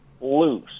loose